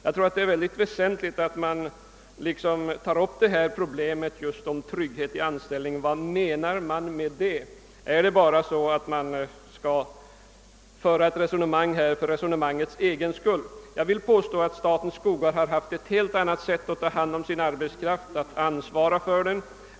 Jag tror att det är väsentligt att ta upp detta problem och göra klart för sig vad man menar med trygghet i anställningen och inte bara föra ett resonemang för resonemangets egen skull. Jag vill påstå att staten på ett helt annat sätt än de enskilda skogsägarna tagit hand om sin arbetskraft och ansvaret för den.